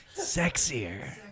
Sexier